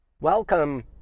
Welcome